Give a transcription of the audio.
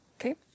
okay